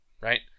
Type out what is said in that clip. right